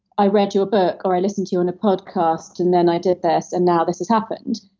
i read your book, or, i listened to you on a podcast, and then i did this. and now this is happened,